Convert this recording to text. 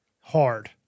hard